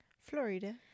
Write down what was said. florida